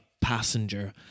passenger